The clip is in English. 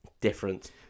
different